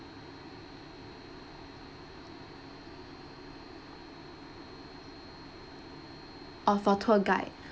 oh for tour guide